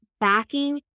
backing